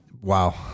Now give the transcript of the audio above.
wow